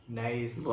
nice